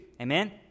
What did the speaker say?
Amen